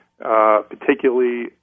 particularly